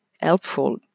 helpful